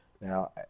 Now